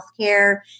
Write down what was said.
Healthcare